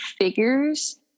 figures